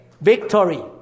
Victory